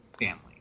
family